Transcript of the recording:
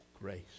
grace